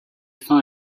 fin